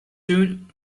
soon